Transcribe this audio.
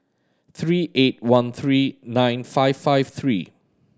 three eight one three nine five five three